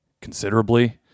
considerably